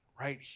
right